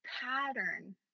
pattern